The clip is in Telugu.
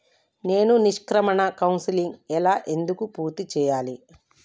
నేను నిష్క్రమణ కౌన్సెలింగ్ ఎలా ఎందుకు పూర్తి చేయాలి?